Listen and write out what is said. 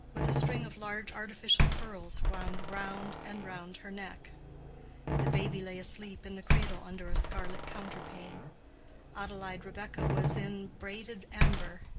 with a string of large artificial pearls wound round and round her neck the baby lay asleep in the cradle under a scarlet counterpane adelaide rebekah was in braided amber,